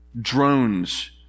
drones